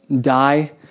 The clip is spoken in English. die